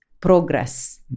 progress